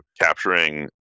capturing